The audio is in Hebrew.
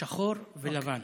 שחור ולבן.